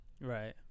Right